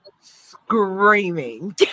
screaming